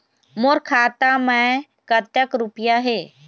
मोर खाता मैं कतक रुपया हे?